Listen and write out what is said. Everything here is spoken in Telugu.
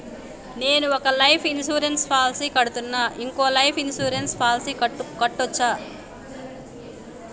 నేను ఒక లైఫ్ ఇన్సూరెన్స్ పాలసీ కడ్తున్నా, ఇంకో లైఫ్ ఇన్సూరెన్స్ పాలసీ కట్టొచ్చా?